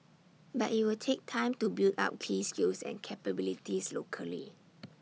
but IT will take time to build up key skills and capabilities locally